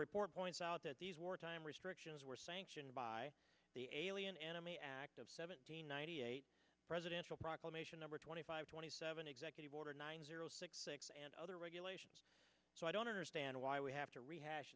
report points out that these wartime restrictions were sanctioned by the alien enemy act of seventeen ninety eight presidential proclamation number twenty five twenty seven executive order nine zero six six and other regulations so i don't understand why we have to rehash